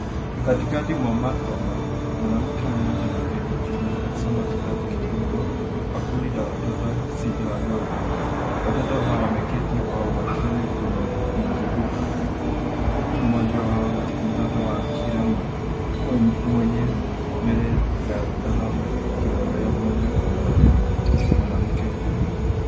Katikati mwa maktaba mwanamke mmoja ameketi chini, akisoma kitabu kikubwa kwa kundi la watoto sita wadogo. Watoto hao wameketi kwa makini kumzunguka huku mmoja wao mtoto wa kike mwenye nywele za dhahabu akimwangalia moja kwa moja mwanamke huyu.